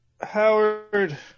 Howard